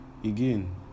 again